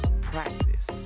practice